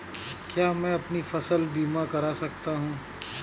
क्या मैं अपनी फसल बीमा करा सकती हूँ?